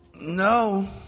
No